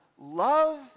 love